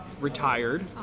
retired